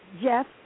Jeff